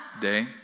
day